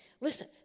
Listen